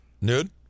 Nude